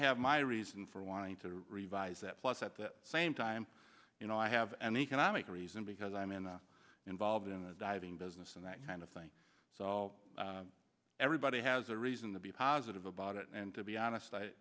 have my reason for wanting to revise that plus at the same time you know i have an economic reason because i'm in a involved in the diving business and that kind of thing so everybody has a reason to be positive about it and to be honest i